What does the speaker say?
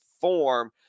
form